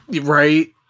Right